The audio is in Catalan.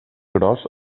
gros